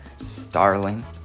Starling